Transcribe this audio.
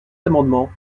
amendements